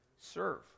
Serve